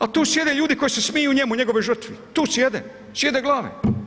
A tu sjede ljudi koji se smiju njemu i njegovoj žrtvi, tu sjede, sijede glave.